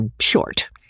short